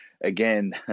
Again